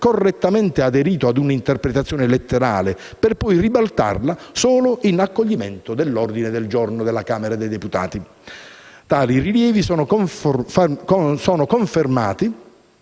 correttamente aderito ad un'interpretazione letterale, per poi ribaltarla solo in accoglimento dell'ordine del giorno; tali rilievi sono confermati